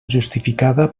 justificada